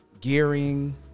gearing